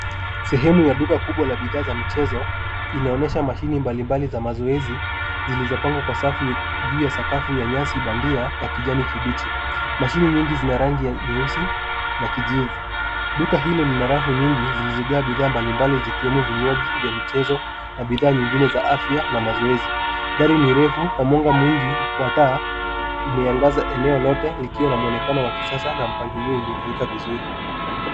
Sehemu ya duka kubwa la bidhaa za michezo inaonyesha mashine mbali mbali za mazoezi zilizo pangwa kwa safu juu ya sakafu ya nyasi bandia ya kijani kibichi. Mashine nyingi zina rangi nyeusi, na kijivu. Duka hilo lina rafu nyingi zilizo jaa bidhaa mbali mbali zikiwemo vinywaji vya michezo na bidhaa nyingine za afya na mazoezi. Dari ni refu na mwanga mwingi wa taa umeangaza eneo lote ikiwa na muonekano wa kisasa na mpangilio ulio pangika vizuri.